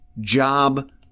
job